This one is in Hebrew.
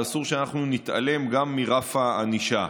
אבל אסור שאנחנו נתעלם גם מרף הענישה.